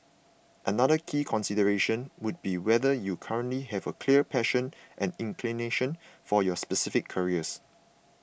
another key consideration would be whether you currently have a clear passion and inclination for your specific careers